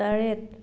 ꯇꯔꯦꯠ